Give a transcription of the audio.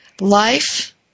Life